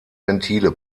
ventile